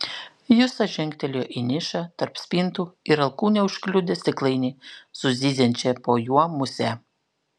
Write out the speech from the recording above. justas žengtelėjo į nišą tarp spintų ir alkūne užkliudė stiklainį su zyziančia po juo muse